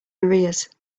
arrears